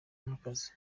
nk’akazi